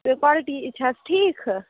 تہٕ کالٹی چھا حظ ٹھیٖک